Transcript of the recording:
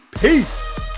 peace